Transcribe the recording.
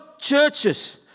churches